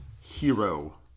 hero